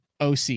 OC